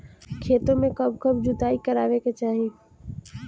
खेतो में कब कब जुताई करावे के चाहि?